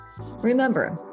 Remember